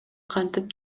кантип